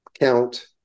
count